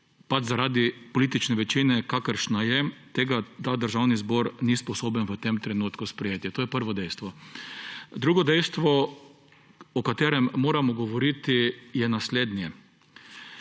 pač zaradi politične večine, kakršna je, tega ta državni zbor ni sposoben v tem trenutku sprejeti. To je prvo dejstvo. Drugo dejstvo, o katerem moramo govoriti, je naslednje.